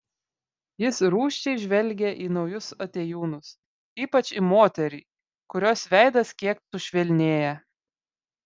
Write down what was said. jis rūsčiai žvelgia į naujus atėjūnus ypač į moterį kurios veidas kiek sušvelnėja